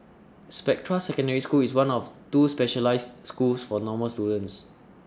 Spectra Secondary School is one of two specialised schools for normal students